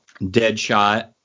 Deadshot